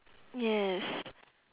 yes